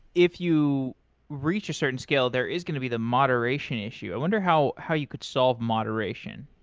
if you reach a certain scale, there is going to be the moderation issue. i wonder how how you could solve moderation.